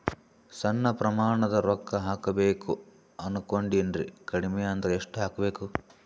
ಸಣ್ಣ ಪ್ರಮಾಣದ ರೊಕ್ಕ ಹಾಕಬೇಕು ಅನಕೊಂಡಿನ್ರಿ ಕಡಿಮಿ ಅಂದ್ರ ಎಷ್ಟ ಹಾಕಬೇಕು?